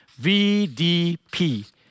VDP